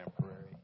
temporary